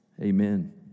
Amen